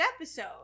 episode